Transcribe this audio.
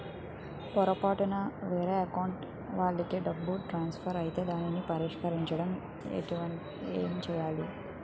పొరపాటున వేరే అకౌంట్ వాలికి డబ్బు ట్రాన్సఫర్ ఐతే దానిని పరిష్కరించడానికి ఏంటి చేయాలి?